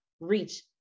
reach